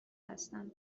هستم